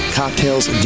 cocktails